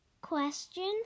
Question